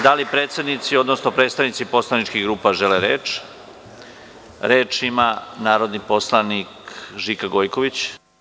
Da li predsednici, odnosno predstavnici poslaničkih grupa žele reč? (Da.) Reč ima narodni poslanik Žika Gojković.